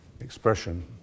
expression